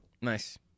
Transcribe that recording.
Nice